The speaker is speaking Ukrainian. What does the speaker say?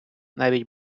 навіть